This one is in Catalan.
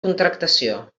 contractació